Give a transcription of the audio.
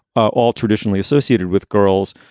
all traditionally associated with girls.